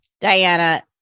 Diana